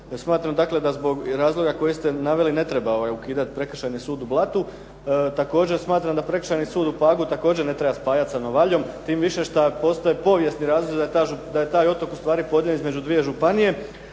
dakle da zbog razloga koji ste naveli ne treba ukidati Prekršajni sud u Blatu. Također smatram da Prekršajni sud u Pagu također ne treba spajati sa Novaljom, tim više što postoje povijesni razlozi da je taj otok u stvari podijeljen između dvije županije.